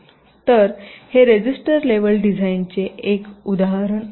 तर हे register level डिझाइनचे एक उदाहरण आहे